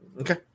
Okay